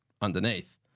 underneath